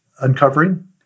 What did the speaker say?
uncovering